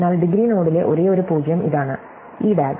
അതിനാൽ ഡിഗ്രി നോഡിലെ ഒരേയൊരു 0 ഇതാണ് ഈ DAG